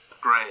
great